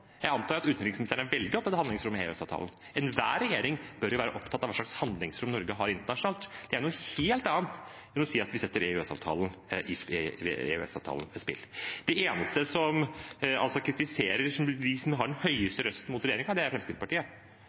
Jeg antar at utenriksministeren er veldig opptatt av handlingsrommet i EØS-avtalen. Enhver regjering bør jo være opptatt av hva slags handlingsrom Norge har internasjonalt. Det er noe helt annet enn å si at vi setter EØS-avtalen i spill. De som kritiserer og har den høyeste røsten mot regjeringen, er Fremskrittspartiet.